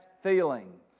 feeling